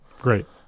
Great